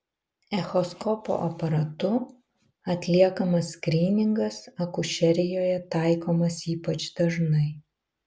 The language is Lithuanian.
echoskopo aparatu atliekamas skryningas akušerijoje taikomas ypač dažnai